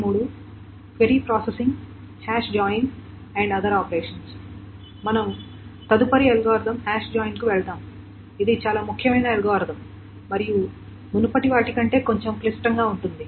మనము తదుపరి algorithm hash join కు వెళదాము ఇది చాలా ముఖ్యమైన అల్గోరిథం మరియు మునుపటి వాటి కంటే కొంచెం క్లిష్టంగా ఉంటుంది